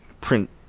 print